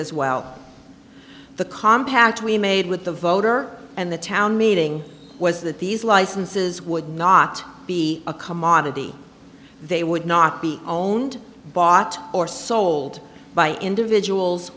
as well the compact we made with the voter and the town meeting was that these licenses would not be a commodity they would not be owned bought or sold by individuals